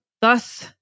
Thus